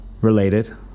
related